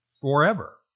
forever